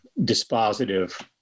dispositive